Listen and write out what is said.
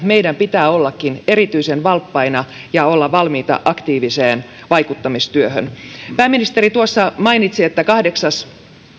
meidän pitää ollakin erityisen valppaina ja olla valmiita aktiiviseen vaikuttamistyöhön pääministeri tuossa mainitsi että kahdeksas